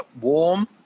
warm